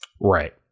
right